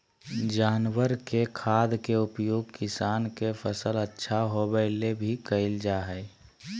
जानवर के खाद के उपयोग किसान के फसल अच्छा होबै ले भी कइल जा हइ